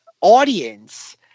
audience